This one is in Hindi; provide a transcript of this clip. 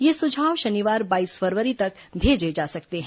ये सुझाव शनिवार बाईस फरवरी तक भेजे जा सकते हैं